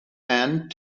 and